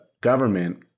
government